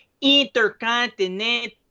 Intercontinental